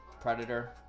Predator